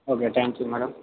okay thank you madam